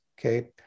Okay